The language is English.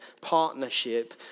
partnership